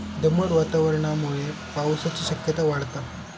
दमट वातावरणामुळे पावसाची शक्यता वाढता